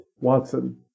Watson